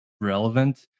relevant